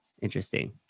Interesting